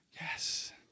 Yes